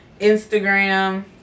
Instagram